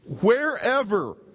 Wherever